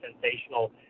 sensational